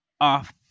off